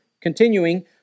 continuing